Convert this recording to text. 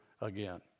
again